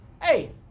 hey